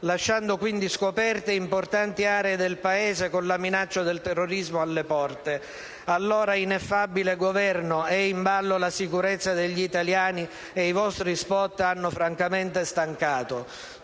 lasciando quindi scoperte importanti aree del Paese, con la minaccia del terrorismo alle porte. Allora, ineffabile Governo, è in ballo la sicurezza degli italiani e i vostri *spot* hanno francamente stancato.